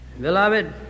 Beloved